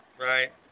Right